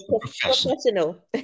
professional